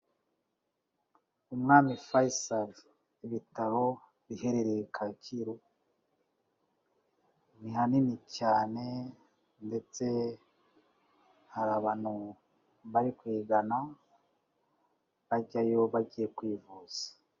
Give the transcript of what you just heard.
Umwami faisal ibitaro biherereye Kacyiru, ni hanini cyane ndetse hari abantu bari kuyigana bajyayo bagiye kwivuza.